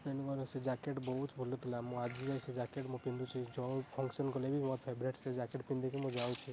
ନାହିଁ ନାହିଁ ମୋର ସେ ଜ୍ୟାକେଟ୍ ବହୁତ ଭଲ ଥିଲା ମୁଁ ଆଜି ଯାଏଁ ସେ ଜ୍ୟାକେଟ୍ ମୁଁ ପିନ୍ଧୁଛି ଯେଉଁ ଫଙ୍କସନ୍ ଗଲେ ବି ମୋର ଫେବରାଇଟ୍ ସେ ଜ୍ୟାକେଟ୍ ପିନ୍ଧିକି ମୁଁ ଯାଉଛି